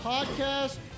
Podcast